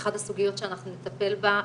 חת הסוגיות שאנחנו נטפל בה,